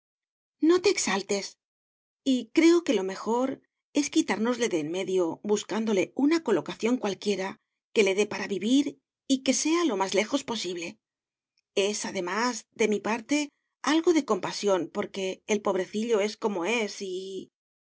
no te exaltes y creo que lo mejor es quitárnosle de en medio buscándole una colocación cualquiera que le dé para vivir y que sea lo más lejos posible es además de mi parte algo de compasión porque el pobrecillo es como es y